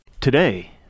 Today